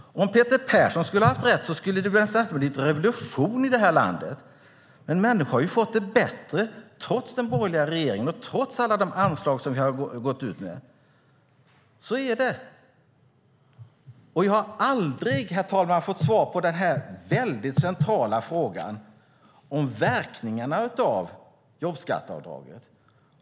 Om Peter Persson hade haft rätt skulle det ha blivit revolution i detta land. Men människor har ju fått det bättre, trots den borgerliga regeringen och trots alla de anslag som vi har gått ut med. Så är det. Jag har aldrig, herr talman, fått svar på den väldigt centrala frågan om verkningarna av jobbskatteavdraget.